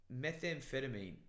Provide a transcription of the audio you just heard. methamphetamine